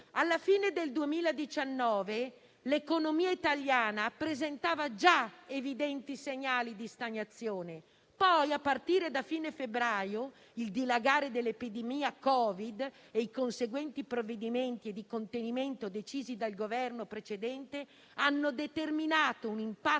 Alla fine del 2019 l'economia italiana presentava già evidenti segnali di stagnazione; poi, a partire da fine febbraio, il dilagare dell'epidemia Covid-19 e i conseguenti provvedimenti di contenimento decisi dal Governo precedente hanno determinato un impatto